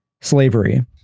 slavery